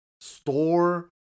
store